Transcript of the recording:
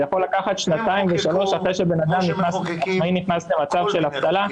זה יכול לקחת שנתיים ושלוש אחרי שבן אדם נכנס למצב של אבטלה,